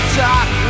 talk